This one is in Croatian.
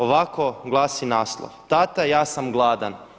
Ovako glasi naslov: „Tata ja sam gladan.